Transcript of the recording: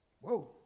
Whoa